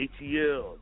ATL